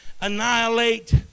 annihilate